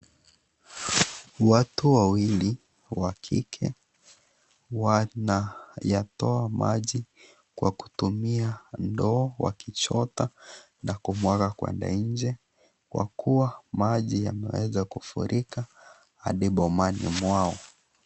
Watu wawili wa kike wanayatoa maji kwa kutumia ndoo wakichota na kumwaga kwenda nje kwa kuwa maji yameweza kufurika hadi bomani mwao.